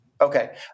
Okay